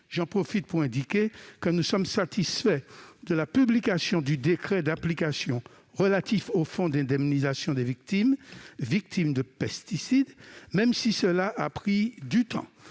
m'est donnée pour indiquer que nous sommes satisfaits de la publication du décret d'application relatif au Fonds d'indemnisation des victimes de pesticides, même si cela a pris du temps.